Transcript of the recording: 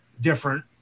different